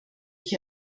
ich